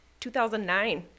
2009